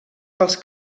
pels